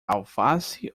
alface